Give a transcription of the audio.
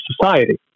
society